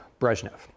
Brezhnev